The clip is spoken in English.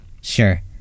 Sure